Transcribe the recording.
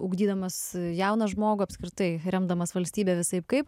ugdydamas jauną žmogų apskritai remdamas valstybe visaip kaip